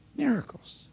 miracles